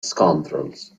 scoundrels